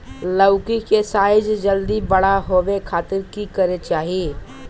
लौकी के साइज जल्दी बड़ा होबे खातिर की करे के चाही?